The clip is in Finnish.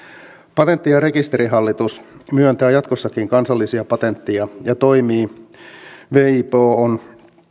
patentti ja rekisterihallitus myöntää jatkossakin kansallisia patentteja ja toimii wipon